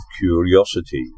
curiosity